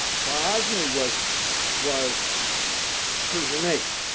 khwarizmi was was persianate.